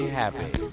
happy